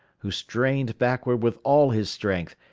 who strained backward with all his strength,